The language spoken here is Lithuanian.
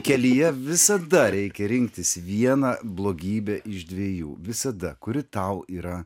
kelyje visada reikia rinktis vieną blogybę iš dviejų visada kuri tau yra